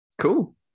cool